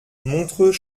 montreux